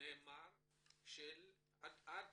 שעד